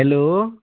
hello